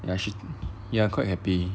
ya she ya quite happy